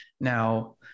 Now